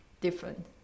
different